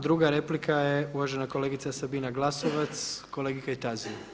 Druga replika je uvažena kolegica Sabina Glasovac kolegi Kajtaziju.